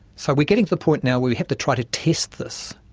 so we're getting to the point now where we have to try to test this,